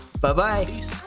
Bye-bye